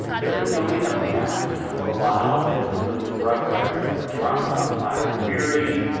there have been so many ups and downs. you know, for a while there was a really rough rhetoric from trump about fire and fury.